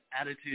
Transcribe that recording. attitude